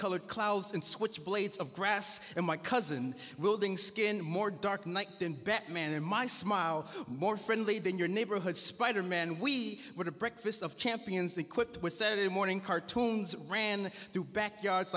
colored clouds and switch blades of grass and my cousin skin more dark night than bet man in my smile more friendly than your neighborhood spider man we would have breakfast of champions the quipped with saturday morning cartoons ran